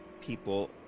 people